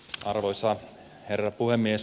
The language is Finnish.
arvoisa herra puhemies